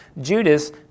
Judas